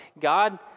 God